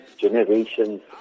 generations